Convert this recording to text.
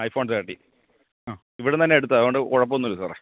I phone തേട്ടി ആ ഇവിടെ നിന്നു തന്നെ എടുത്തതാണ് അതു കൊണ്ട് കുഴപ്പമൊന്നുമില്ല സാറെ